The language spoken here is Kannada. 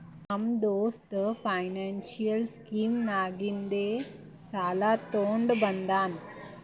ನಮ್ಮ ದೋಸ್ತ ಫೈನಾನ್ಸಿಯಲ್ ಸ್ಕೀಮ್ ನಾಗಿಂದೆ ಸಾಲ ತೊಂಡ ಬಂದಾನ್